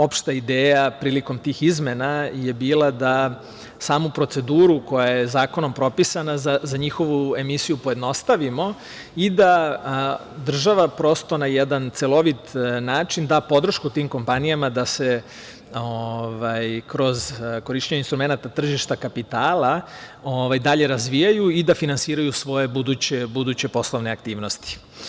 Opšta ideja prilikom tih izmena je bila da samu proceduru koja je zakonom propisana za njihovu emisiju pojednostavimo i da država prosto na jedan celovit način da podršku tim kompanijama da se kroz korišćenje instrumenata tržišta kapitala dalje razvijaju i da finansiraju svoje buduće poslovne aktivnosti.